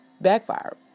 backfire